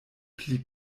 pli